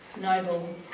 noble